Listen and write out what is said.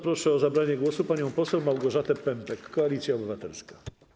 Proszę o zabranie głosu panią poseł Małgorzatę Pępek, Koalicja Obywatelska.